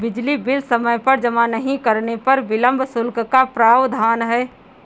बिजली बिल समय पर जमा नहीं करने पर विलम्ब शुल्क का प्रावधान है